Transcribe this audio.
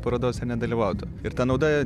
parodose nedalyvautų ir ta nauda